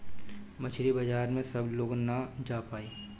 मछरी बाजार में सब लोग ना जा पाई